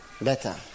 better